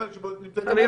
אנחנו מעגנים את זה פה.